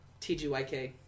tgyk